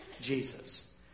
Jesus